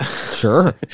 Sure